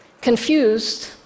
Confused